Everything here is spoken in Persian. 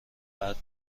بعد